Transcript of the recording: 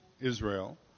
Israel